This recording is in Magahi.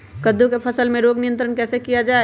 कददु की फसल में रोग नियंत्रण कैसे किया जाए?